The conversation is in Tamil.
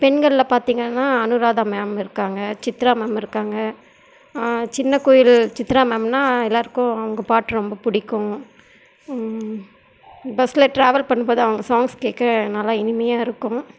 பெண்களில் பார்த்திங்கன்னா அனுராதா மேம் இருக்காங்க சித்ரா மேம் இருக்காங்க சின்ன குயில் சித்ரா மேம்னால் எல்லாேருக்கும் அவங்க பாட்டு ரொம்ப பிடிக்கும் பஸ்சில் டிராவல் பண்ணும்போது அவங்க சாங்ஸ் கேட்க நல்ல இனிமையாக இருக்கும்